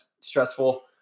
stressful